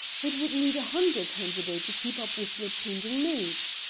it would need a hundred times a-day to keep up with your changing moods.